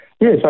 Yes